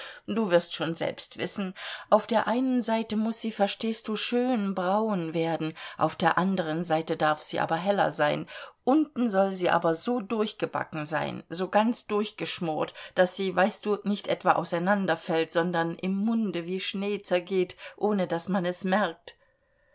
du wirst schon selbst wissen auf der einen seite muß sie verstehst du schön braun werden auf der anderen seite darf sie aber heller sein unten soll sie aber so durchgebacken sein so ganz durchgeschmort daß sie weißt du nicht etwa auseinanderfällt sondern im munde wie schnee zergeht ohne daß man es merkt